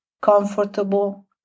comfortable